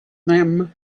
them